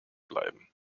bleiben